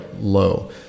low